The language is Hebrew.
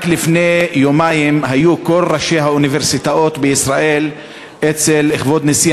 רק לפני יומיים היו כל ראשי האוניברסיטאות בישראל אצל כבוד נשיא